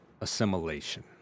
assimilation